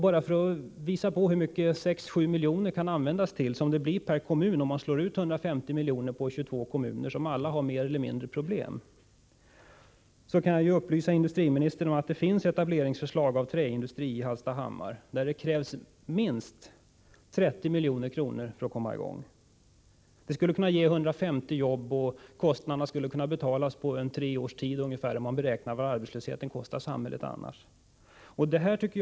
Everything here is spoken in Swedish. Bara för att påvisa hur mycket 6-7 miljoner kan användas till — så mycket pengar blir det per kommun, om man slår ut 150 miljoner på 22 kommuner, som alla har större eller mindre problem — kan jag upplysa industriministern om att det finns förslag till etablering av träindustri i Hallstahammar men att det krävs minst 30 milj.kr. för att komma i gång. Det skulle kunna ge 150 jobb, och kostnaderna skulle kunna betalas på ungefär tre års tid, om man räknar med vad arbetslösheten annars kostar samhället. Vi får väl se vad som händer.